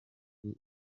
nzu